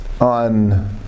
on